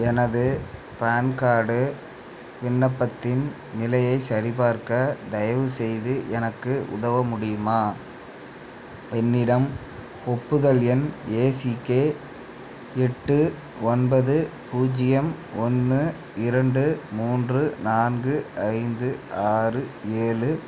எனது PAN card விண்ணப்பத்தின் நிலையை சரிபார்க்க தயவுசெய்து எனக்கு உதவ முடியுமா என்னிடம் ஒப்புதல் எண் ஏசிகே எட்டு ஒன்பது பூஜ்ஜியம் ஒன்று இரண்டு மூன்று நான்கு ஐந்து ஆறு ஏழு